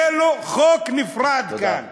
יהיה לו חוק נפרד כאן?